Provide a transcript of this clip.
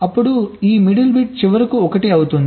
అప్పుడు ఈ middle bit చివరకు 1 అవుతుంది